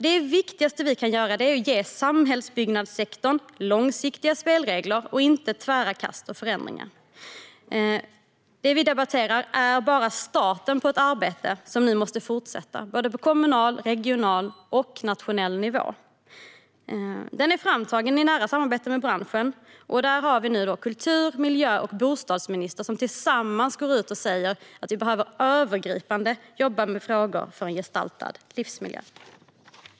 Det viktigaste som vi kan göra är att ge samhällsbyggnadssektorn långsiktiga spelregler och inte tvära kast och förändringar. Det som vi debatterar är bara starten på ett arbete som nu måste fortsätta på kommunal, regional och nationell nivå. Propositionen är framtagen i nära samarbete med branschen och där kulturministern, miljöministern och bostadsministern tillsammans går ut och säger att man behöver jobba övergripande med frågor för en gestaltad livsmiljö.